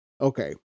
Okay